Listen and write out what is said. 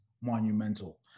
monumental